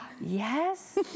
yes